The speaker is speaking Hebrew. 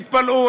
תתפלאו,